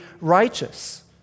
righteous